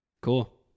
Cool